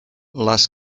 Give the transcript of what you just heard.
les